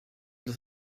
das